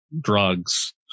drugs